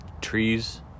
Trees